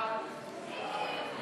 ההצעה להעביר את הצעת חוק לעניין